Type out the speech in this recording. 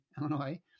Illinois